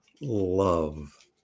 love